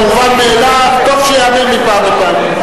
שהמובן מאליו טוב שייאמר מפעם לפעם.